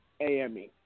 AME